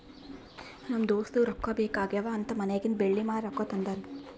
ನಮ್ ದೋಸ್ತಗ ರೊಕ್ಕಾ ಬೇಕ್ ಆಗ್ಯಾವ್ ಅಂತ್ ಮನ್ಯಾಗಿಂದ್ ಬೆಳ್ಳಿ ಮಾರಿ ರೊಕ್ಕಾ ತಂದಾನ್